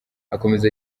akomeza